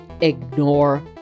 Ignore